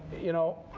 you know,